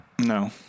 No